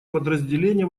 подразделения